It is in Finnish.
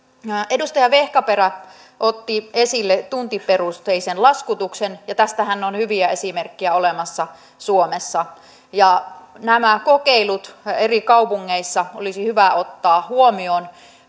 edustaja vehkaperä otti esille tuntiperusteisen laskutuksen ja tästähän on hyviä esimerkkejä olemassa suomessa nämä kokeilut eri kaupungeissa olisi hyvä ottaa huomioon